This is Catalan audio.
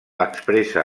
expressa